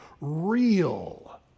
real